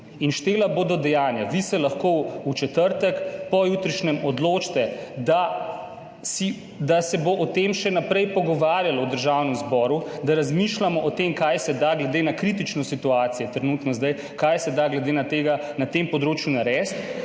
in štela bodo dejanja. Vi se lahko v četrtek, pojutrišnjem, odločite, da se bo o tem še naprej pogovarjali v Državnem zboru, da razmišljamo o tem, kaj se da glede na kritično situacijo trenutno zdaj, kaj se da na tem področju narediti.